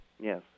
Yes